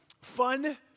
fun